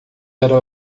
era